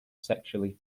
sexually